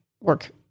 work